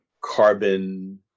carbon